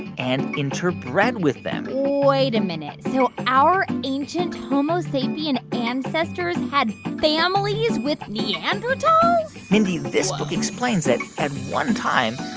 and interbred with them wait a minute, so our ancient homo sapien ancestors had families with neanderthals? and whoa mindy, this book explains that, at one time,